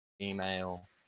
email